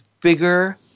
bigger